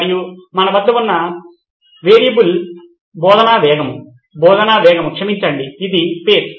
మరియు మన వద్ద ఉన్న వేరియబుల్ బోధన వేగం బోధన వేగం క్షమించండి ఇది పేస్